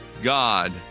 God